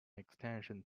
extension